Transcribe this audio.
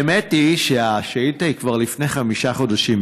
האמת היא שהשאילתה היא כבר מלפני חמישה חודשים,